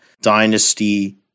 dynasty